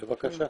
בבקשה,